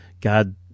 god